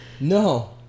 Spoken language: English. No